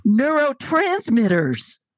neurotransmitters